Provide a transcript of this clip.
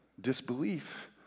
disbelief